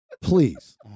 Please